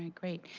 ah great,